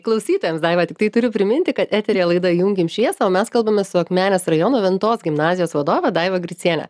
klausytojams daiva tiktai turiu priminti kad eteryje laida junkim šviesą o mes kalbamės su akmenės rajono ventos gimnazijos vadove daiva griciene